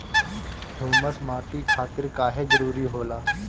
Humus माटी खातिर काहे जरूरी होला?